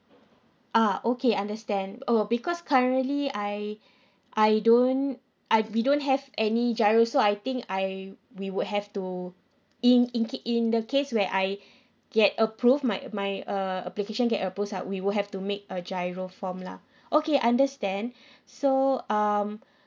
ah okay understand oh because currently I I don't I we don't have any GIRO so I think I we would have to in in key in the case where I get approve my my uh application get approves I we would have to make a GIRO form lah okay understand so um